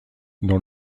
dans